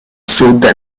sud